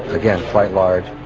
again, quite large,